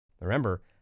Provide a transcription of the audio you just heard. Remember